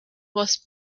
was